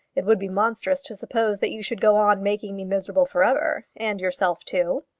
it would be monstrous to suppose that you should go on making me miserable for ever and yourself too.